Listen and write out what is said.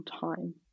time